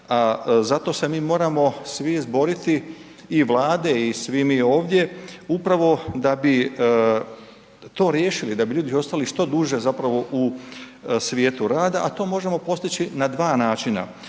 Zato se mi moramo svi izboriti i vlade i svi mi ovdje upravo da bi to riješili, da bi ljudi ostali što duže zapravo u svijetu rada, a to možemo postići na 2 načina.